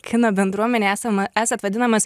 kino bendruomenėj esama esat vadinamas